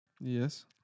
Yes